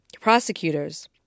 prosecutors